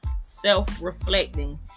Self-Reflecting